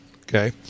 okay